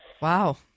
Wow